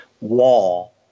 wall